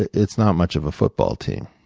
it's not much of a football team.